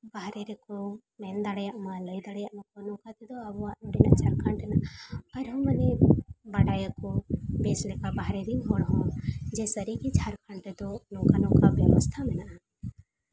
ᱵᱟᱦᱨᱮ ᱨᱮᱠᱚ ᱢᱮᱱ ᱫᱟᱲᱮᱭᱟᱜ ᱢᱟᱠᱚ ᱱᱚᱝᱠᱟ ᱛᱮᱫᱚ ᱟᱵᱚᱣᱟᱜ ᱡᱷᱟᱲᱠᱷᱚᱸᱰ ᱨᱮᱱᱟᱜ ᱟᱨᱦᱚᱸ ᱢᱟᱱᱮ ᱵᱟᱰᱟᱭᱟᱠᱚ ᱵᱮᱥ ᱞᱮᱠᱟ ᱵᱟᱦᱨᱮ ᱨᱮᱱ ᱦᱚᱲ ᱦᱚᱸ ᱡᱮ ᱥᱟᱹᱨᱤᱜᱮ ᱡᱷᱟᱲᱠᱷᱚᱸᱰ ᱨᱮᱫᱚ ᱱᱚᱝᱠᱟᱼᱱᱚᱝᱠᱟ ᱵᱮᱵᱚᱥᱛᱷᱟ ᱢᱮᱱᱟᱜᱼᱟ